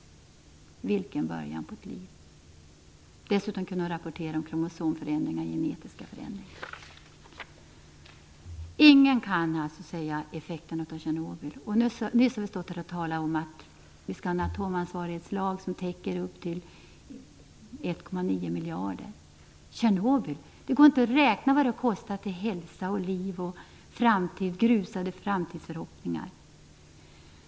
Vilken början på ett liv! Dessutom kunde hon rapportera om kromosomförändringar och genetiska förändringar. Ingen kan alltså säga vad effekten av Tjernobyl är. Nyss har vi stått här och talat om att vi skall ha en atomansvarighetslag som täcker upp till 1,9 miljarder. Det går inte att räkna ut vad Tjernobyl har kostat till hälsa, liv och grusade framtidsförhoppningar.